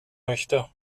möchte